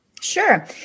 Sure